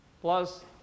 plus